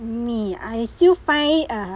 me I still find ah